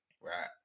right